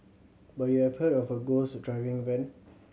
but you have heard of a ghost driving van